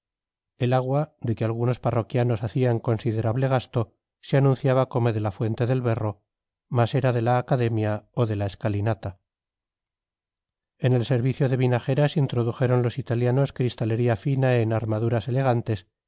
el agua de que algunos parroquianos hacían considerable gasto se anunciaba como de la fuente del berro mas era de la academia o de la escalinata en el servicio de vinajeras introdujeron los italianos cristalería fina en armaduras elegantes